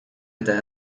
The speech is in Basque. eta